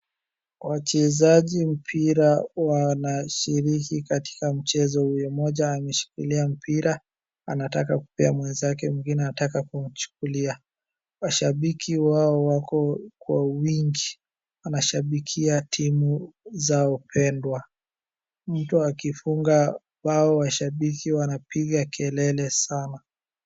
Wachezaji mpira wanashiriki katika mchezo huo mmoja ameshikilia mpira anataka kupea mwenzake mwingine anataka kumchukulia. Mashabiki wao wako kwa wingi wanashabikia timu zao pendwa, mtu akifunga bao mashibiki wanapiga kelele sana.